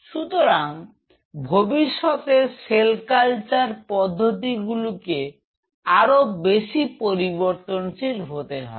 সুতরাং ভবিষ্যতের cell culture পদ্ধতি গুলি কে আরো বেশি পরিবর্তনশীল হতে হবে